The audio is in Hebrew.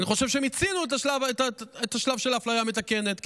אני חושב שמיצינו את השלב של האפליה המתקנת,